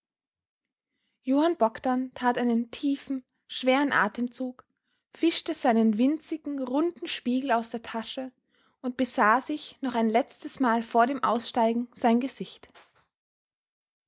johann bogdn tat einen tiefen schweren atemzug fischte seinen winzigen runden spiegel aus der tasche und besah sich noch ein letztes mal vor dem aussteigen sein gesicht